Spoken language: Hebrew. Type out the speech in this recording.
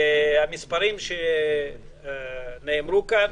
המספרים שנאמרו כאן,